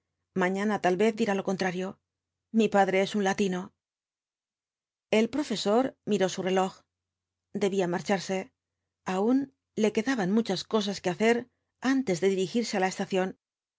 mañana tal vez dirá lo contrario mi padre es un latino e profesor miró su reloj debía marcharse aun le quedaban muchas cosas que hacer antes de dirigirse á la eetación